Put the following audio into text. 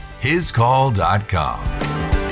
hiscall.com